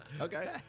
Okay